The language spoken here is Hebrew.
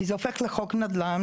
כי זה הופך לחוק נדל"ן,